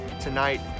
tonight